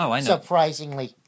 surprisingly